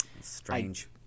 Strange